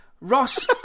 Ross